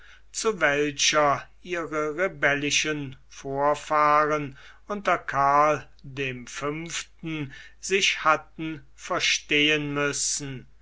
zu welcher ihre rebellischen vorfahren unter karln dem fünften sich hatten verstehen müssen